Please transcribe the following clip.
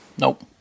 Nope